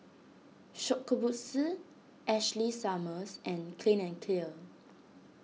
Shokubutsu Ashley Summers and Clean and Clear